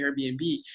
Airbnb